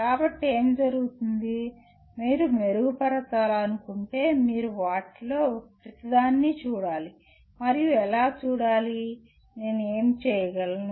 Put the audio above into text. కాబట్టి ఏమి జరుగుతుంది మీరు మెరుగుపరచాలనుకుంటే మీరు వాటిలో ప్రతిదాన్ని చూడాలి మరియు ఎలా చూడాలి నేను ఏమి చేయగలను